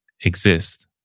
exist